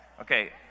Okay